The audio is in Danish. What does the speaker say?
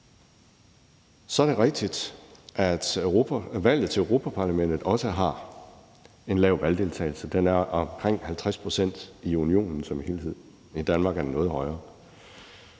Så er det rigtigt, at valget til Europa-Parlamentet også har en lav valgdeltagelse. Den er omkring 50 pct. i unionen som helhed, og i Danmark er den noget højere.